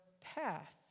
path